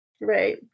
Right